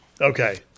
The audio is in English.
Okay